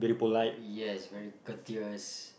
yes very courteous